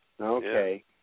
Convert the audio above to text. Okay